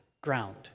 ground